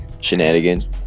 shenanigans